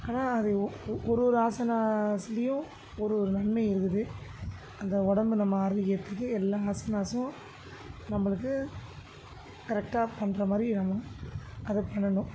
ஆனால் அது ஒ ஒரு ஒரு ஆசனாஸ்லையும் ஒரு ஒரு நன்மை இருக்குது அந்த உடம்பு நம்ம ஆரோக்கியத்துக்கு எல்லா ஆசனாஸ்ஸும் நம்பளுக்கு கரெக்டாக பண்ற மாரி நம்ம அதை பண்ணணும்